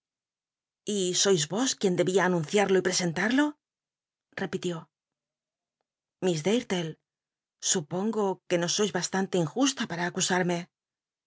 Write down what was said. y sois ros quien debía anunciarl o y plescntal'lo rep itió llliss dartlc supongo que no sois bastante injusta para acusarme